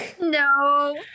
No